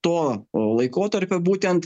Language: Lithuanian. to laikotarpio būtent